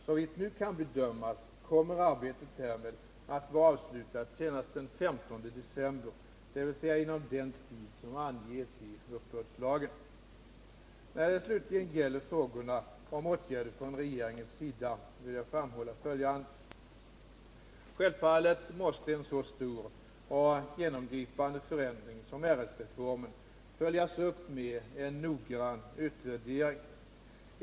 Såvitt nu kan bedömas kommer arbetet härmed att vara avslutat senast den 15 december, 191 När det slutligen gäller frågorna om åtgärder från regeringens sida vill jag framhålla följande. Självfallet måste en så stor och genomgripande förändring som RS-reformen följas upp med en noggrann utvärdering.